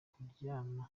kuryama